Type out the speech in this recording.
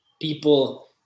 people